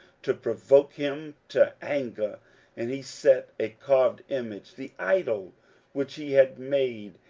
to provoke him to anger and he set a carved image, the idol which he had made,